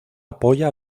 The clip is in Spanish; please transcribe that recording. apoya